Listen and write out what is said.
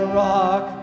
rock